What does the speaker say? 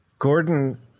Gordon